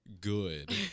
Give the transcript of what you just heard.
good